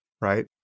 right